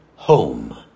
Home